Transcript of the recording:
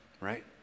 right